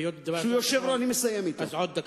היות שדיברת, עוד דקה.